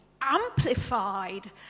Amplified